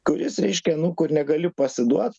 kuris reiškia nu kur negali pasiduot